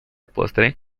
postre